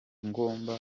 ngomba